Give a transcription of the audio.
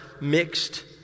mixed